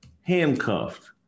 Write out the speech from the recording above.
handcuffed